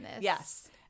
Yes